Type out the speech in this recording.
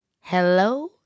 Hello